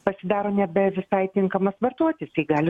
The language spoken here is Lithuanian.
pasidaro nebe visai tinkamas vartoti tai gali